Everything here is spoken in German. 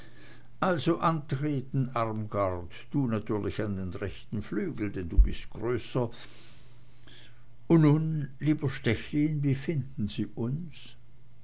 also antreten armgard du natürlich an den rechten flügel denn du bist größer und nun lieber stechlin wie finden sie uns